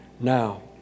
Now